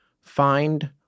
Find